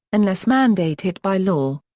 unless mandated by law.